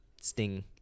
sting